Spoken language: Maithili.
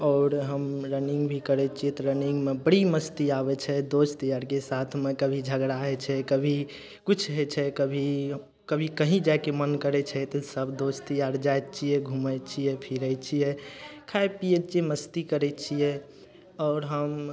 आओर हम रनिंग भी करय छियै तऽ रनिंगमे बड़ी मस्ती आबय छै दोसर यारके साथमे कभी झगड़ा होइ छै कभी किछु होइ छै कभी कभी कहीं जाइके मन करय छै तऽ सब दोसर यार जाइ छियै घुमय छियै फिरय छियै खाइ पीयै छियै मस्ती करय छियै आओर हम